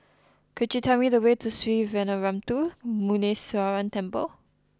could you tell me the way to Sree Veeramuthu Muneeswaran Temple